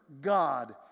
God